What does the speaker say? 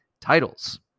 titles